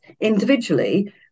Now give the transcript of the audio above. individually